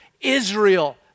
Israel